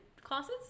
classes